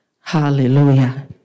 Hallelujah